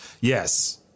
Yes